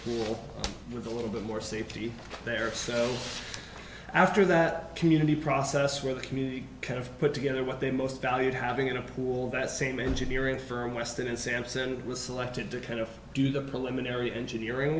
pool with a little bit more safety there so after that community process where the community kind of put together what they most valued having in a pool that same engineering firm weston and sampson was selected to kind of